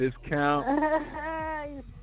Discount